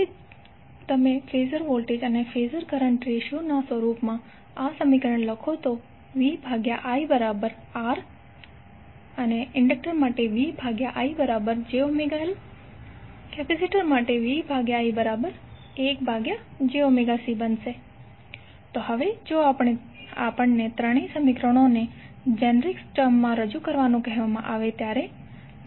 હવે જો તમે ફેઝર વોલ્ટેજ અને ફેઝર કરંટના રેશિયો ના રૂપમાં સમીકરણ લખો VIRVIjωLVI1jωC તો હવે જો આપણને ત્રણેય સમીકરણો ને જેનરીક ટર્મ માં રજૂ કરવાનું કહેવામાં આવે તો